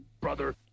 Brother